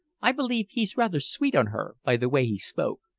i believe he's rather sweet on her, by the way he spoke.